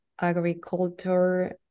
agriculture